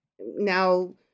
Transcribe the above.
Now